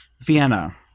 Vienna